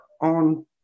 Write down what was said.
on